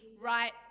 right